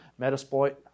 metasploit